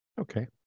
Okay